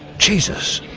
jesus!